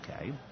Okay